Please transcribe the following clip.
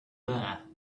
there